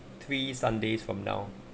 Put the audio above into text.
three sundays from now